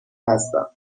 هستم